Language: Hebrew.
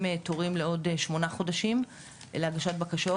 תורים לעוד 8 חודשים להגשת בקשות.